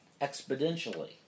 exponentially